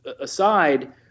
aside